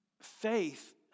faith